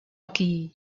aquí